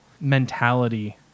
mentality